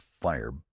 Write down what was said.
fire